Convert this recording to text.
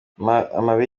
amabi